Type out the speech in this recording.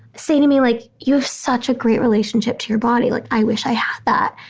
say to me like, you have such a great relationship to your body. like i wish i had that.